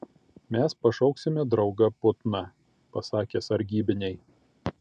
mes pašauksime draugą putną pasakė sargybiniai